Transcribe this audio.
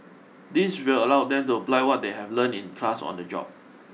this will allow them to apply what they have learnt in class on the job